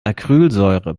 acrylsäure